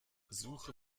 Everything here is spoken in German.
suche